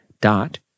dot